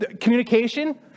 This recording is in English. Communication